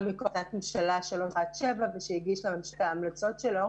בהחלטת 317 ושהגיש לממשלה את ההמלצות שלו